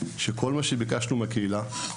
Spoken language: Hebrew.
כשכל מה שביקשנו מהקהילה,